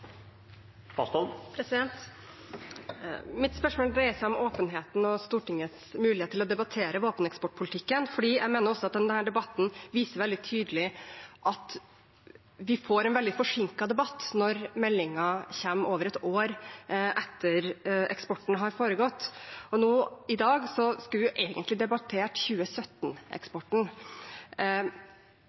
Stortingets mulighet til å debattere våpeneksportpolitikken. Jeg mener at denne debatten viser veldig tydelig at vi får en veldig forsinket debatt når meldingen kommer over et år etter at eksporten har foregått. Nå i dag skulle vi egentlig debattert